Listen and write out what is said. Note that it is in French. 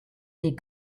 les